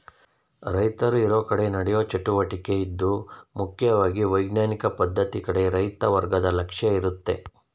ರೈತರು ಇರೋಕಡೆ ನಡೆಯೋ ಚಟುವಟಿಕೆ ಇದು ಮುಖ್ಯವಾಗಿ ವೈಜ್ಞಾನಿಕ ಪದ್ಧತಿ ಕಡೆ ರೈತ ವರ್ಗದ ಲಕ್ಷ್ಯ ಇರುತ್ತೆ